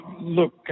Look